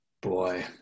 Boy